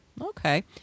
Okay